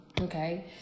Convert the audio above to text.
Okay